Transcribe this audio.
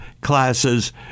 classes